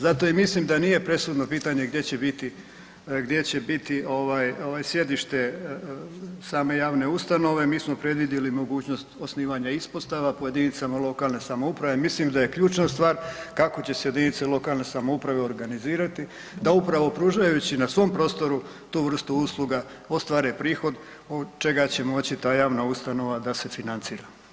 Zato i mislim da nije presudno pitanje gdje će biti sjedište same javne ustanove, mi smo predvidjeli mogućnost osnivanja ispostava po jedinicama lokalne samouprave, misli da je ključna stvar kako će se jedinice lokalne samouprave organizirati da upravo pružajući na svom prostoru tu vrstu usluga, ostvare prihod od čega će moći ta javna ustanova da se financira.